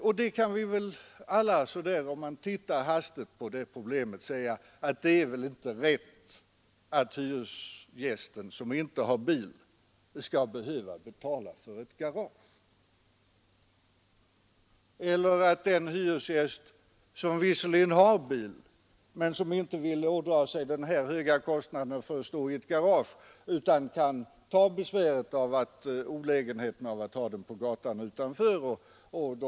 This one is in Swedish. Om vi tittar litet ytligt på problemet, kan vi alla säga att det är väl inte rätt att en hyresgäst som inte har bil skall behöva betala för ett garage. Problemet kan också gälla en hyresgäst som visserligen har bil men som inte vill ådra sig den höga kostnaden att ha bilen i garage utan hellre tar olägenheten av att ha den på gatan.